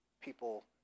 people